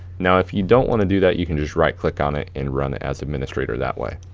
now if you don't wanna do that you can just right click on it and run as administrator that way.